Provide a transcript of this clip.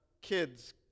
kids